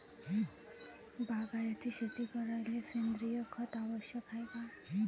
बागायती शेती करायले सेंद्रिय खत आवश्यक हाये का?